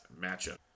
matchup